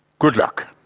good luck.